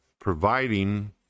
providing